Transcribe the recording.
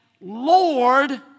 Lord